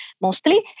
mostly